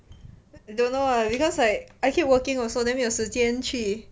don't know leh because like I keep working also then 没有时间去